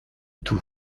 tout